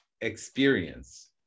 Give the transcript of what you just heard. experience